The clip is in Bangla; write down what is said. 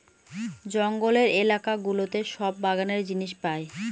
জঙ্গলের এলাকা গুলোতে সব বাগানের জিনিস পাই